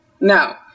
Now